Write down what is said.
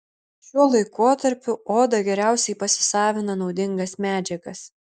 šiuo laikotarpiu oda geriausiai pasisavina naudingas medžiagas